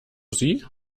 sie